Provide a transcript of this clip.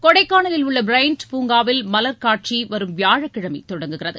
கொடைக்கானலில் உள்ள பிரைன் பூங்காவில் மலர் காட்சி வரும் வியாழக்கிழமை தொடங்குகிறது